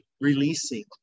releasing